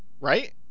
right